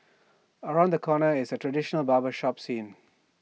around the corner is A traditional barber shop scene